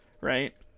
right